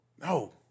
no